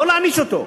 לא להעניש אותו.